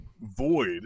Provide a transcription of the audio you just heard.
Void